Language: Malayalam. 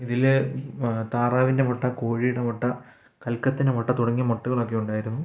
ഇതിൽ താറാവിൻറെ മുട്ട കോഴിയുടെ മുട്ട കൽക്കത്തിൻറെ മുട്ട തുടങ്ങിയ മുട്ടകളൊക്കെ ഉണ്ടായിരുന്നു